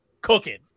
cooking